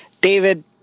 David